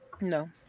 No